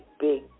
big